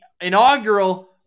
inaugural